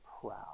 proud